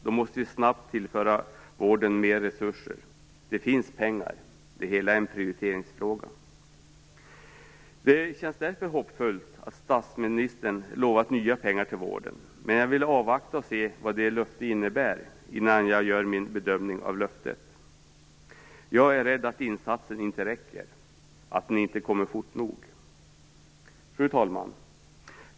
Då måste vi snabbt tillföra vården mer resurser. Det finns pengar. Det hela är en prioriteringsfråga. Det känns därför hoppfullt att statsministern lovat nya pengar till vården, men jag vill avvakta och se vad det löftet innebär innan jag gör min bedömning av det. Jag är rädd att insatsen inte räcker och att den inte kommer fort nog. Fru talman!